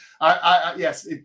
Yes